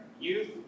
Youth